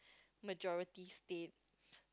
majority state